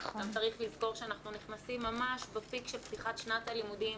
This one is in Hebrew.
צריך לזכור שאנחנו נכנסים ממש בפיק של פתיחת שנת הלימודים,